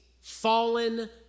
fallen